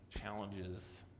challenges